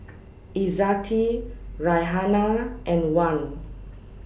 Izzati Raihana and Wan